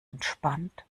entspannt